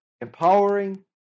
empowering